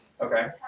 Okay